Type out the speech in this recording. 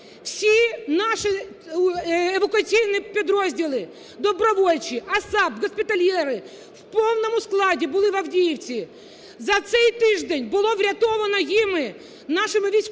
всі наші евакуаційні підрозділи, добровольчі: ASAP, "Госпітальєри" – в повному складі були в Авдіївці. За цей тиждень було врятовано ними: нашими військовими,